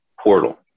portal